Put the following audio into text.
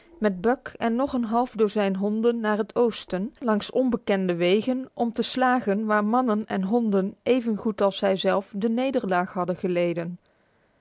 met buck en nog een half dozijn honden naar het oosten langs onbekende wegen om te slagen waar mannen en honden even goed als zij zelf de nederlaag hadden geleden